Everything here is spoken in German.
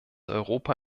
europa